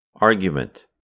argument